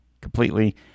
completely